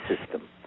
system